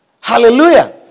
Hallelujah